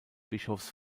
bischofs